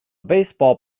baseball